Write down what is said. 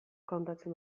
kontatzen